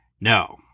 No